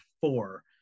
four